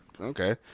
okay